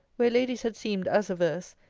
where ladies had seemed as averse,